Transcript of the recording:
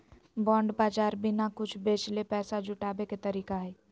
bond बाज़ार बिना कुछ बेचले पैसा जुटाबे के तरीका हइ